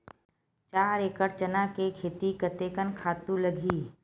चार एकड़ चना के खेती कतेकन खातु लगही?